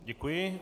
Děkuji.